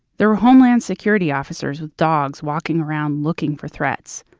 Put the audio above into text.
there are homeland security officers with dogs walking around looking for threats.